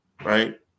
Right